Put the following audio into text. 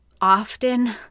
Often